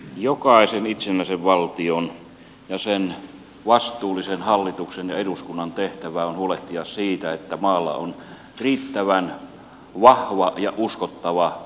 jokaisen itsenäisen valtion ja sen vastuullisen hallituksen ja eduskunnan tehtävä on huolehtia siitä että maalla on riittävän vahva ja uskottava puolustuspolitiikka ja puolustusvoimat